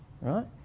right